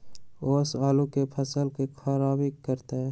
ओस आलू के फसल के खराबियों करतै?